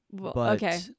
okay